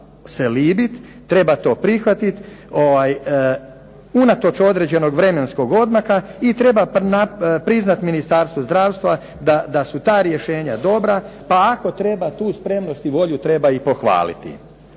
treba se libit, treba to prihvatit unatoč određenog vremenskog odmaka i treba priznat Ministarstvu zdravstva da su ta rješenja dobra pa ako treba tu spremnost i volju treba i pohvaliti.